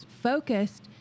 focused